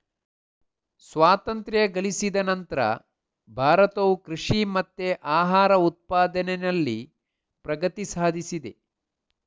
ಸ್ವಾತಂತ್ರ್ಯ ಗಳಿಸಿದ ನಂತ್ರ ಭಾರತವು ಕೃಷಿ ಮತ್ತೆ ಆಹಾರ ಉತ್ಪಾದನೆನಲ್ಲಿ ಪ್ರಗತಿ ಸಾಧಿಸಿದೆ